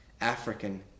African